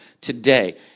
today